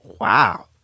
Wow